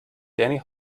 danny